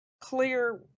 clear